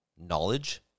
Knowledge